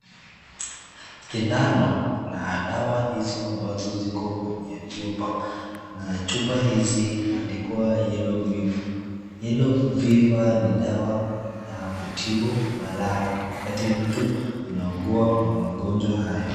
Sindano na dawa hizo ambazo ziko kwenye vyupa na chupa hizi imeandikwa yellow fever . Yellow fever ni dawa ya kutibu Malaria wakati mtu anaugua kwa magonjwa hayo.